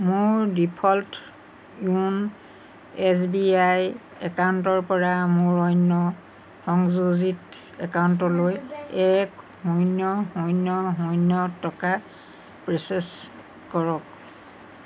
মোৰ ডিফল্ট য়োন' S B I একাউণ্টৰ পৰা মোৰ অন্য সংযোজিত একাউণ্টলৈ এক শূন্য় শূন্য় শূন্য় টকা প্ৰচেছ কৰক